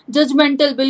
Judgmental